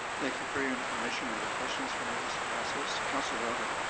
thank you for your information. are there questions for mrs. kavassalis? councillor elgar.